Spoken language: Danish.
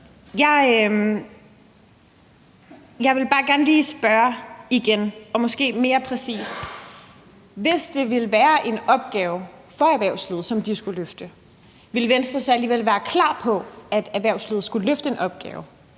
Jeg vil bare gerne lige spørge igen, og måske mere præcist: Hvis det ville være en opgave for erhvervslivet, som de skulle løfte, ville Venstre så alligevel være klar til, at erhvervslivet skulle løfte en opgave,